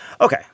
Okay